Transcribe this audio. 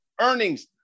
Earnings